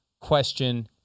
Question